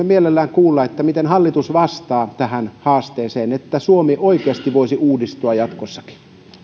mielellämme kuulla miten hallitus vastaa tähän haasteeseen että suomi oikeasti voisi uudistua jatkossakin